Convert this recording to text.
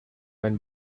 and